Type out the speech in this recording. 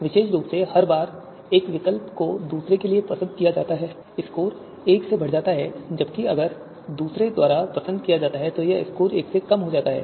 विशेष रूप से हर बार एक विकल्प को दूसरे के लिए पसंद किया जाता है स्कोर एक से बढ़ जाता है जबकि अगर इसे दूसरे द्वारा पसंद किया जाता है तो यह स्कोर एक से कम हो जाता है